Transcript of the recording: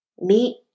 Meet